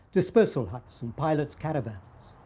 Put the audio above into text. dispersal huts, and pilots' caravans.